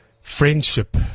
friendship